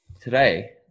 Today